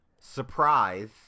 Surprise